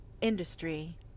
industry